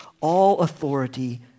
all-authority